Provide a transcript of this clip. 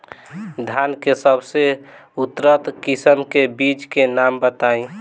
धान के सबसे उन्नत किस्म के बिज के नाम बताई?